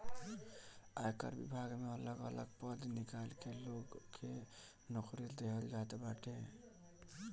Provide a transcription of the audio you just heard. आयकर विभाग में अलग अलग पद निकाल के लोग के नोकरी देहल जात बा